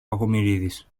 κακομοιρίδης